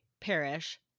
parish